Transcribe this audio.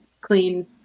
clean